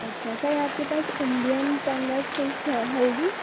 اچھا سر آپ کے پاس انڈین فنگس فش ہوگی